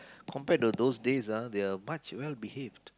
compared to those days ah they are much well behaved